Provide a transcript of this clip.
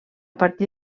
partir